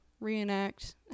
reenact